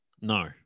No